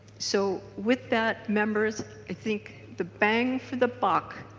so with that members i think the bang for the buck